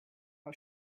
how